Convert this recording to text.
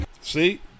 See